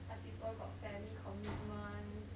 some people got family commitments